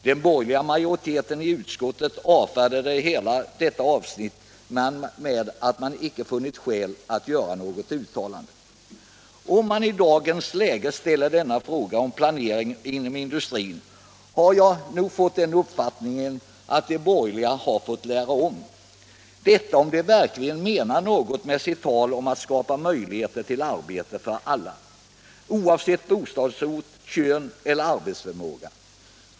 Den borgerliga majoriteten i utskottet avfärdade hela detta avsnitt med att den icke funnit skäl att göra något uttalande. När man i dagens läge ställer frågan om värdet av planering inom industrin, får man nog den uppfattningen att de borgerliga har fått lära om. I varje fall om de verkligen menar något med sitt tal om att skapa möjligheter för arbete åt alla, oavsett bostadsort, kön eller arbetsförmåga.